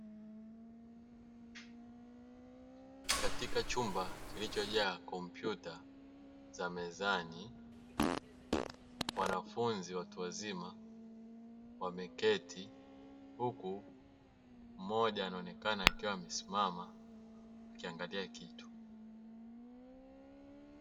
Katika chumba kilichojaa kompyuta za mezani wanafunzi watu wazima wameketi huku mmoja anaonekana akiwa amesimama akiangalia kitu.